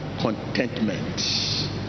contentment